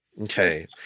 Okay